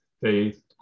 faith